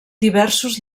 diversos